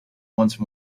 once